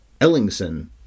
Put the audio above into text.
Ellingson